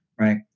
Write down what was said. Right